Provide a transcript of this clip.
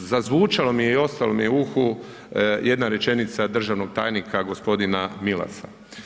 Zazvučalo mi je i ostalo mi je u uhu, jedna rečenica državnog tajnika, g. Milasa.